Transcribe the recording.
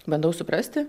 bandau suprasti